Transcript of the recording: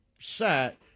set